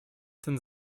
ten